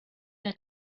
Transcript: der